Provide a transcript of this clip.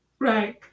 Right